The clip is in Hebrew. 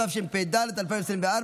התשפ"ד 2024,